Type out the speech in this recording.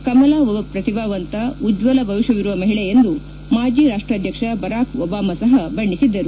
ಕಮಲಾ ಒಬ್ಬ ಪ್ರತಿಭಾವಂತ ಉಜ್ವಲ ಭವಿಷ್ಯವಿರುವ ಮಹಿಳೆ ಎಂದು ಮಾಜಿ ರಾಷ್ಟಾಧ್ವಕ್ಷ ಬರಾಕ್ ಒಬಾಮಾ ಸಪ ಬಣ್ಣೆಸಿದ್ದರು